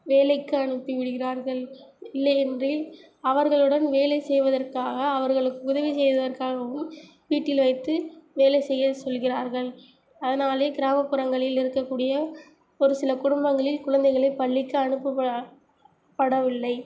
வேலைக்கு அனுப்பி விடுகிறார்கள் இல்லையென்றில் அவர்களுடன் வேலை செய்வதற்காக அவர்களுக்கு உதவி செய்வதற்காகவும் வீட்டில் வைத்து வேலை செய்ய சொல்கிறார்கள் அதனாலே கிராமப்புறங்களில் இருக்கக்கூடிய ஒரு சில குடும்பங்களில் குழந்தைகளை பள்ளிக்கு அனுப்பப்பட படவில்லை